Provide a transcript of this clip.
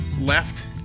left